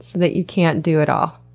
that you can't do it all?